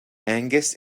angus